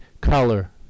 color